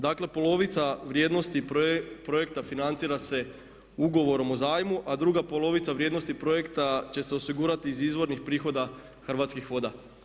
Dakle, polovica vrijednosti projekta financira se Ugovorom o zajmu, a druga polovica vrijednosti projekta će se osigurati iz izvornih prihoda Hrvatskih voda.